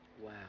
wow